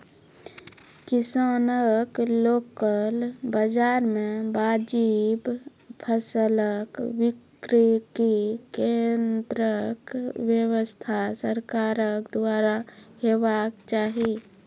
किसानक लोकल बाजार मे वाजिब फसलक बिक्री केन्द्रक व्यवस्था सरकारक द्वारा हेवाक चाही?